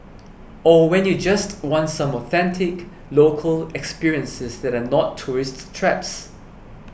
or when you just want some authentic local experiences that are not tourist traps